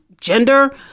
gender